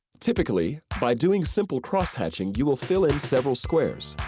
typically, by doing simple cross-hatching you will fill in several squares.